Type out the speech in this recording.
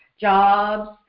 jobs